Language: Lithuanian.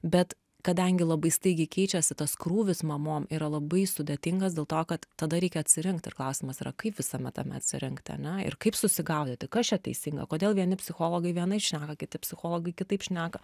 bet kadangi labai staigiai keičiasi tas krūvis mamom yra labai sudėtingas dėl to kad tada reikia atsirinkt ir klausimas yra kaip visame tame atsirinkti ane ir kaip susigaudyti kas čia teisinga kodėl vieni psichologai vienaip šneka kiti psichologai kitaip šneka